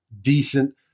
decent